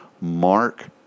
Mark